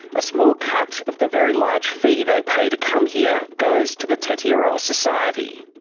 a small cut of the very large fee they pay to come here goes to the tetiaroa society.